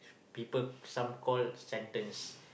people some call sentence